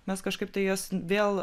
mes kažkaip tai jas vėl